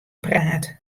praat